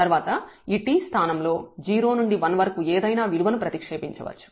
తర్వాత ఈ t స్థానంలో 0 నుండి 1 వరకు ఏదైనా విలువను ప్రతిక్షేపించవచ్చు